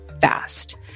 fast